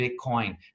Bitcoin